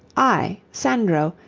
i, sandro,